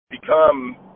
become